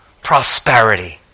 prosperity